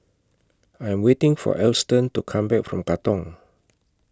I Am waiting For Alston to Come Back from Katong